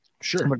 Sure